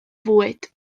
fwyd